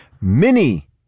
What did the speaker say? mini